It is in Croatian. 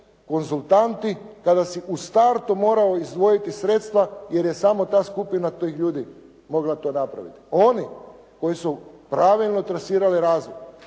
konzultanti kada si u startu morao izdvojiti sredstva jer je samo ta skupina tih ljudi mogla to napraviti. Oni koji su pravilno transirali razvoj,